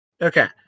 okay